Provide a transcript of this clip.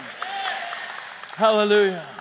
Hallelujah